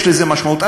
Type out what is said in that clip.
יש לזה משמעות.